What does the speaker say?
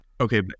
Okay